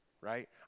right